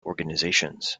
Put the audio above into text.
organizations